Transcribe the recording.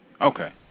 Okay